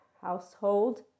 household